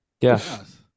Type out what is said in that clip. Yes